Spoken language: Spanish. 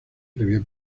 previa